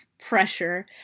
pressure